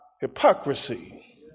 hypocrisy